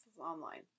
online